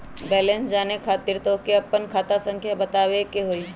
Balance जाने खातिर तोह के आपन खाता संख्या बतावे के होइ?